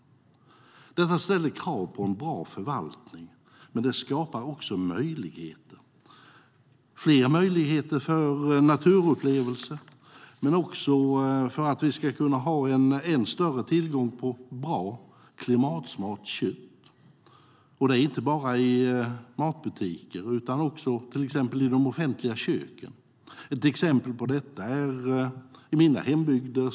Detta ställer krav på en bra förvaltning, men det skapar också fler möjligheter för naturupplevelser och en än större tillgång på bra klimatsmart kött. Det gäller inte bara i matbutiker utan också i till exempel de offentliga köken. Ett exempel på detta är i mina hembygder.